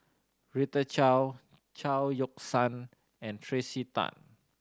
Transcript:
Rita Chao Chao Yoke San and Tracey Tan